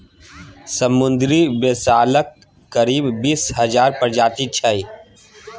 समुद्री शैवालक करीब बीस हजार प्रजाति छै